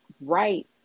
right